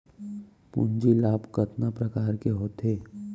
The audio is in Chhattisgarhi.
पूंजी लाभ कतना प्रकार के होथे?